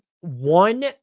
one